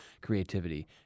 creativity